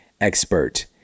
expert